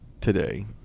today